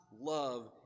love